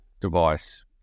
device